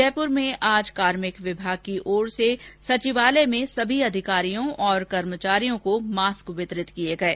जयपुर में आज कार्मिक विभाग की ओर से सभी अधिकारियों और कर्मचारियों को मास्क वितरित किये गये